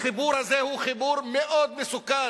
החיבור הזה הוא חיבור מאוד מסוכן.